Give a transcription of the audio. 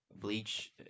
bleach